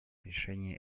решение